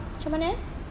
macam mana eh